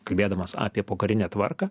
kalbėdamas apie pokarinę tvarką